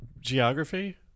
geography